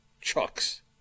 chucks